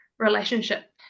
relationship